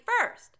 first